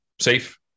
safe